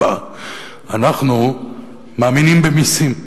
אנחנו מאמינים במסים.